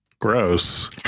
gross